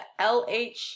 LH